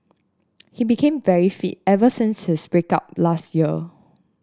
he became very fit ever since his break up last year